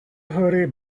hoodie